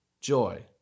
joy